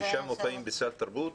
שישה מופעים בסל תרבות?